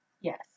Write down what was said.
Yes